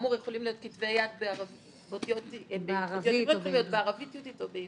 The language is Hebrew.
כאמור יכולים להיות כתבי יד בערבית יהודית או בעברית.